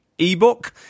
ebook